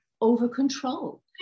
over-control